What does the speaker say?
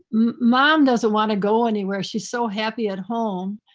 mom doesn't want to go anywhere. she's so happy at home,